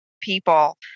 people